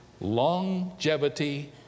longevity